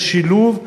של שילוב,